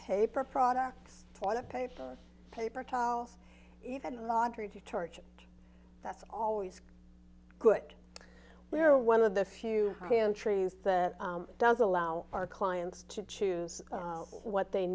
for products toilet paper paper towels even laundry detergent that's always good we are one of the few trees that does allow our clients to choose what they